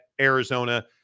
Arizona